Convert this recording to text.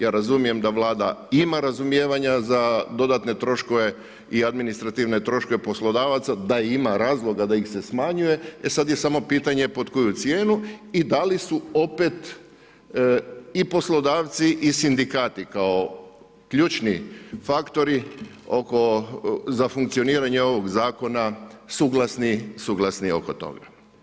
Ja razumijem da Vlada ima razumijevanja za dodatne troškove i administrativne troškove poslodavaca, da ima razloga da ih se smanjuje, e sad je samo pitanje pod koju cijenu i da li su opet i poslodavci i sindikati kao ključni faktori za funkcioniranje ovog zakona suglasni oko toga.